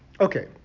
Okay